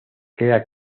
crea